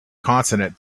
consonant